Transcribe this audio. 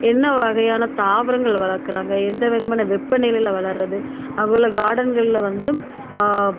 என்ன வகையான தாவரங்கள் வளர்க்குறாங்க எந்த விதமான வெப்பநிலையில் வளரது அங்கே உள்ள கார்டன்ங்களில் வந்து